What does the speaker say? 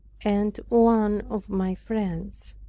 and one of my friends.